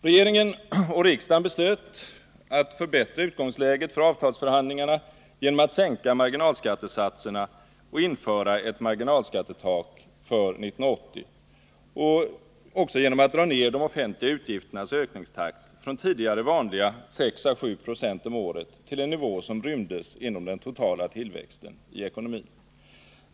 Regeringen och riksdagen beslöt att förbättra utgångsläget för avtalsför handlingarna genom att sänka marginalskattesatserna och införa ett marginalskattetak för 1980 samt genom att dra ned de offentliga utgifternas ökningstakt från tidigare vanliga 6 å7 90 om året till en nivå som rymdes inom den totala tillväxten i ekonomin.